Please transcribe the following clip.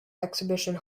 exhibition